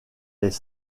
les